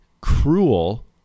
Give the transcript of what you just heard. cruel